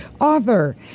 author